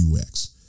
UX